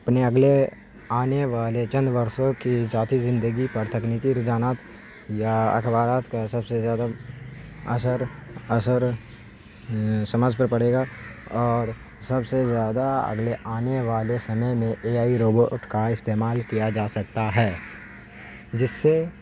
اپنے اگلے آنے والے چند برسوں کی ذاتی زندگی پر تکنیکی رجحانات یا اخبارات کا سب سے زیادہ اثر اثر سماج پر پڑے گا اور سب سے زیادہ اگلے آنے والے سمے میں اے آئی روبوٹ کا استعمال کیا جا سکتا ہے جس سے